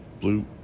Blue